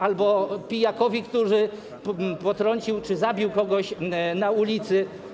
Albo pijakowi, który potrącił czy zabił kogoś na ulicy?